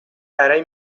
برای